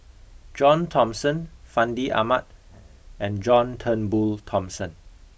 John Thomson Fandi Ahmad and John Turnbull Thomson